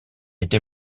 été